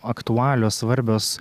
aktualios svarbios